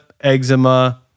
eczema